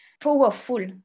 powerful